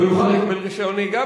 לא יוכל לקבל רשיון נהיגה?